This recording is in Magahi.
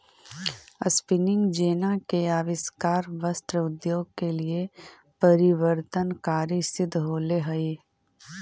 स्पीनिंग जेना के आविष्कार वस्त्र उद्योग के लिए परिवर्तनकारी सिद्ध होले हई